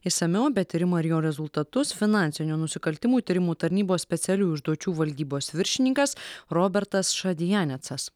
išsamiau apie tyrimą ir jo rezultatus finansinių nusikaltimų tyrimų tarnybos specialiųjų užduočių valdybos viršininkas robertas šadianecas